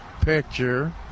picture